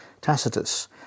Tacitus